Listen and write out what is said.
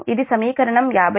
ఇది సమీకరణం 51